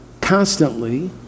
constantly